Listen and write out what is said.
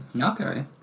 Okay